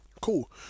cool